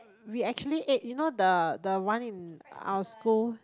we actually ate you know the the one in our school